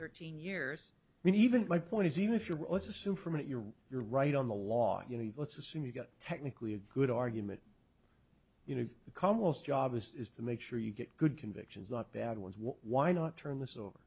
thirteen years mean even my point is even if you were let's assume from your you're right on the law you know let's assume you've got technically a good argument you know the camos job is to make sure you get good convictions not bad ones why not turn this o